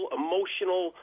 emotional